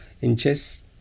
inches